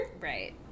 Right